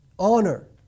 honor